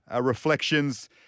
Reflections